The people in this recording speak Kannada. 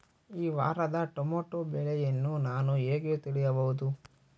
ಈ ವಾರದ ಟೊಮೆಟೊ ಬೆಲೆಯನ್ನು ನಾನು ಹೇಗೆ ತಿಳಿಯಬಹುದು?